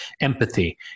empathy